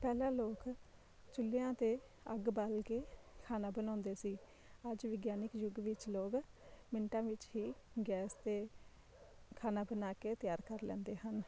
ਪਹਿਲਾਂ ਲੋਕ ਚੁੱਲ੍ਹਿਆਂ 'ਤੇ ਅੱਗ ਬਾਲ਼ ਕੇ ਖਾਣਾ ਬਣਾਉਂਦੇ ਸੀ ਅੱਜ ਵਿਗਿਆਨਿਕ ਯੁੱਗ ਵਿੱਚ ਲੋਕ ਮਿੰਟਾਂ ਵਿੱਚ ਹੀ ਗੈਸ 'ਤੇ ਖਾਣਾ ਬਣਾ ਕੇ ਤਿਆਰ ਕਰ ਲੈਂਦੇ ਹਨ